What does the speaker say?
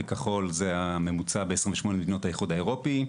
בכחול זה הממוצע ב-28 מדינות האיחוד האירופי.